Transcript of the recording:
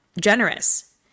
generous